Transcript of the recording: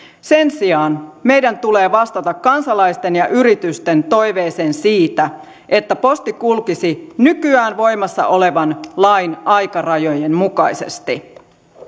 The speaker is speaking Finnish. sen sijaan meidän tulee vastata kansalaisten ja yritysten toiveeseen siitä että posti kulkisi nykyään voimassa olevan lain aikarajojen mukaisesti